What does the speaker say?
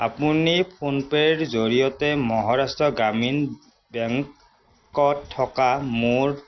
আপুনি ফোনপে'ৰ জৰিয়তে মহাৰাষ্ট্ৰ গ্ৰামীণ বেংক ত থকা মোৰ